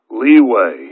leeway